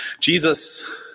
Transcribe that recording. Jesus